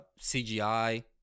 cgi